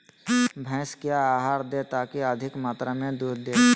भैंस क्या आहार दे ताकि अधिक मात्रा दूध दे?